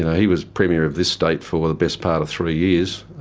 he was premier of this state for the best part of three years,